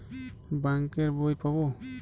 Bank এর বই পাবো?